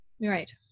Right